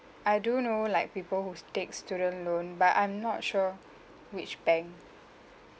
I do know like people who's take student loan but I'm not sure which bank